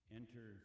enter